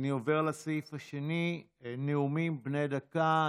אני עובר לסעיף הבא, נאומים בני דקה.